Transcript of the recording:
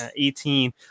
18